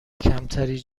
کمتری